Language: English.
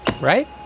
Right